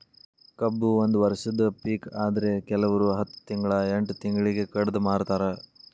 ಕಬ್ಬು ಒಂದ ವರ್ಷದ ಪಿಕ ಆದ್ರೆ ಕಿಲ್ವರು ಹತ್ತ ತಿಂಗ್ಳಾ ಎಂಟ್ ತಿಂಗ್ಳಿಗೆ ಕಡದ ಮಾರ್ತಾರ್